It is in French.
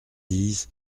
dix